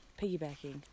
piggybacking